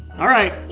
alright,